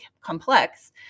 complex